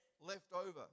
leftover